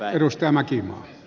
arvoisa puhemies